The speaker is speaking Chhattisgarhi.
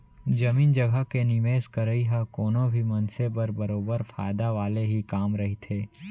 जमीन जघा के निवेस करई ह कोनो भी मनसे बर बरोबर फायदा वाले ही काम रहिथे